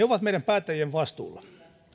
ovat meidän päättäjien vastuulla